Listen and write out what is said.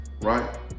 right